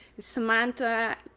samantha